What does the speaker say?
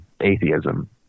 atheism